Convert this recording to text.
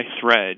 thread